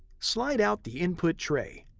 slide out the input tray.